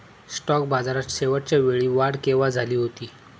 Stock बाजारात शेवटच्या वेळी वाढ केव्हा झाली होती?